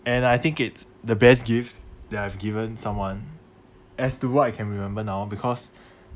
and I think it's the best gift that I have given someone as to what I can remember now because